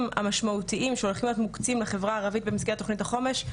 המשמעותיים שהולכים להיות מוקצים לחברה הערבית במסגרת תוכנית החומש,